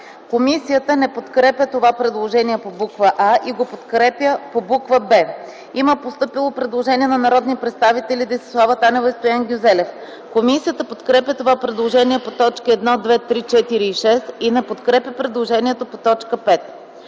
Комисията не подкрепя предложението по буква „а” и го подкрепя по буква „б”. Има постъпило предложение от народните представители Десислава Танева и Стоян Гюзелев. Комисията подкрепя предложението по т. 1, 2, 3, 4 и 6 и не го подкрепя по т. 5.